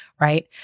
right